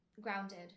grounded